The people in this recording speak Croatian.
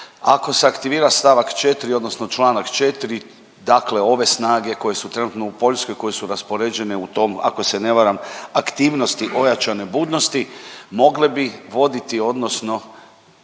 Ako se aktivira st. 4 odnosno čl. 4, dakle ove snage koje su trenutno u Poljskoj, koje su raspoređene u tom, ako se ne varam, aktivnosti ojačane budnosti, mogle bi voditi odnosno,